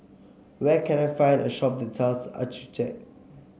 where can I find a shop that sells Accucheck